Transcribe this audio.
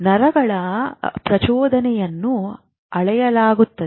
ನರಗಳ ಪ್ರಚೋದನೆಯನ್ನು ಅಳೆಯಲಾಗುತ್ತದೆ